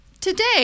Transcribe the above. today